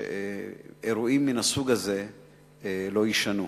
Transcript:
שאירועים מן הסוג הזה לא יישנו.